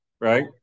right